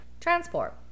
Transport